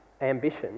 ambition